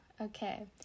Okay